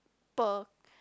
per